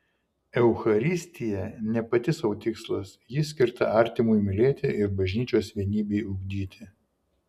eucharistija ne pati sau tikslas ji skirta artimui mylėti ir bažnyčios vienybei ugdyti